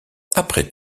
après